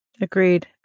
Agreed